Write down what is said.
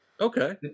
Okay